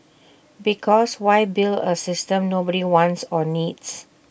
because why build A system nobody wants or needs